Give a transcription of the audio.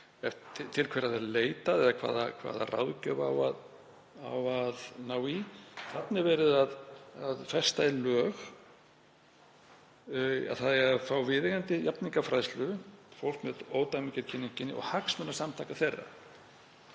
til hverra sé leitað eða hvaða ráðgjöf eigi að ná í. Þarna er verið að festa í lög að fá eigi viðeigandi jafningjafræðslu fólks með ódæmigerð kyneinkenni og hagsmunasamtaka þeirra.